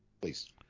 Please